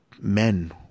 men